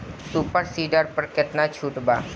Super seeder पर केतना छूट बा?